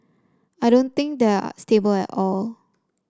I don't think they are stable at all